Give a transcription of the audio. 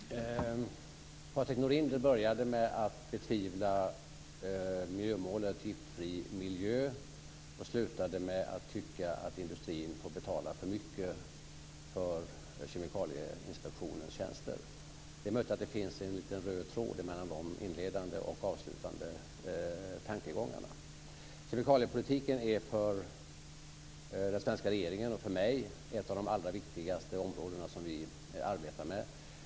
Fru talman! Patrik Norinder började med att betvivla miljömålet om en giftfri miljö och slutade med att tycka att industrin får betala för mycket för Kemikalieinspektionens tjänster. Det är möjligt att det finns en liten röd tråd mellan de inledande och de avslutande tankegångarna. Kemikaliepolitiken är för den svenska regeringen och för mig ett av de allra viktigaste områdena som vi arbetar med.